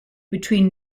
between